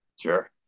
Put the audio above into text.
Sure